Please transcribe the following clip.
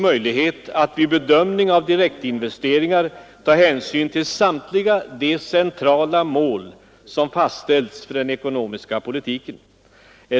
möjlighet att vid bedömning av direktinvesteringar ta hänsyn till samtliga de centrala mål som fastställts för den ekonomiska politiken.